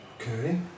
Okay